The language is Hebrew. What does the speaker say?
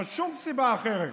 לא שום סיבה אחרת.